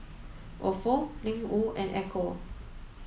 Ofo Ling Wu and Ecco